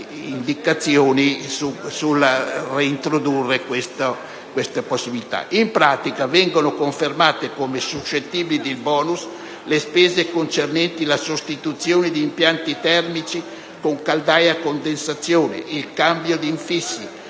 In pratica, vengono confermate come suscettibili di *bonus* le spese concernenti la sostituzione di impianti termici con caldaie a condensazione, il cambio d'infissi,